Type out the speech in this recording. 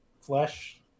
flesh